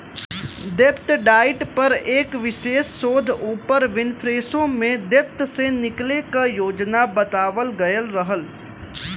डेब्ट डाइट पर एक विशेष शोध ओपर विनफ्रेशो में डेब्ट से निकले क योजना बतावल गयल रहल